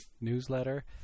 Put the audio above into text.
newsletter